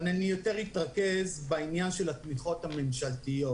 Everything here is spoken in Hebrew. אבל יותר אתרכז בעניין של התמיכות הממשלתיות.